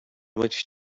much